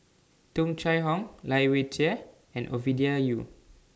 Tung Chye Hong Lai Weijie and Ovidia Yu